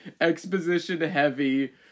exposition-heavy